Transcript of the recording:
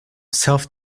self